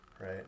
right